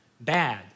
bad